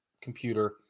computer